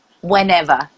whenever